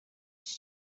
iki